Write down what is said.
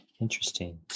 Interesting